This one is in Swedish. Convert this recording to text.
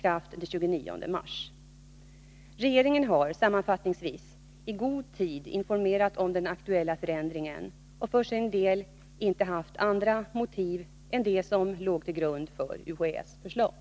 Regeringen har, sammanfattningsvis, i god tid informerat om den aktuella förändringen och för sin del inte haft några andra motiv än det som låg till grund för UHÄ:s förslag.